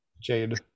Jade